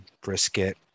brisket